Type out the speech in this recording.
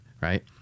Right